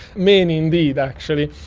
many indeed actually.